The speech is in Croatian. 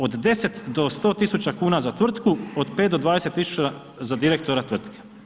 Od 10 do 100 tisuća kuna za tvrtku od 5 do 20 tisuća za direktora tvrtke.